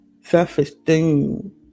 self-esteem